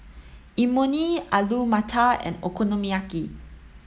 Imoni Alu Matar and Okonomiyaki